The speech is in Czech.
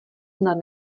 snad